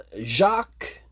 Jacques